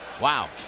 Wow